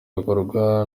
bikorwa